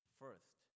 first